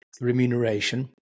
remuneration